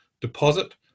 deposit